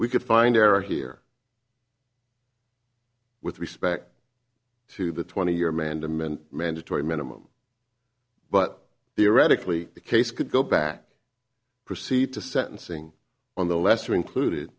we could find error here with respect to the twenty year manda meant mandatory minimum but theoretically the case could go back proceed to sentencing on the lesser included